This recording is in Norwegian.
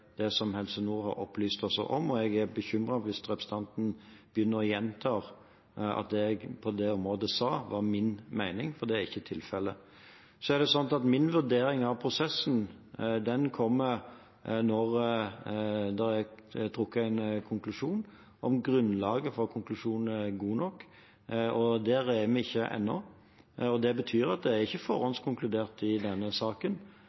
hvis representanten begynner å gjenta at det jeg sa på det området, var min mening – for det er ikke tilfellet. Min vurdering av prosessen kommer når det er trukket en konklusjon – om grunnlaget for konklusjonen er god nok. Der er vi ikke ennå. Det betyr at det ikke er forhåndskonkludert i denne saken,